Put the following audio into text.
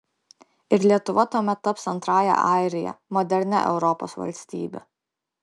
ir lietuva tuomet taps antrąja airija modernia europos valstybe